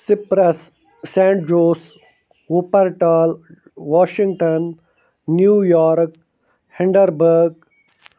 Cypress San جوس اوپَر ٹال واشِنٛگٹَن نیٛوٗیارک ہینٛڈَر بٔرٕگ